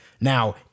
now